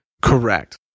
Correct